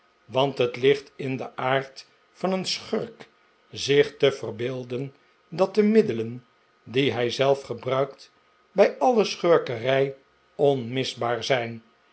want het ligt in den aard van een schurk zich te verbeelden dat de middelen die hij zelf gebruikt bij alle schurkerij onmishaar zijn